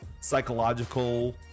psychological